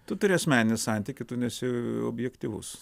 tu turi asmeninį santykį tu nesi objektyvus